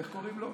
איך קוראים לו?